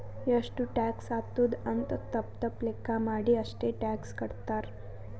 ಎಷ್ಟು ಟ್ಯಾಕ್ಸ್ ಆತ್ತುದ್ ಅಂತ್ ತಪ್ಪ ತಪ್ಪ ಲೆಕ್ಕಾ ಮಾಡಿ ಅಷ್ಟೇ ಟ್ಯಾಕ್ಸ್ ಕಟ್ತಾರ್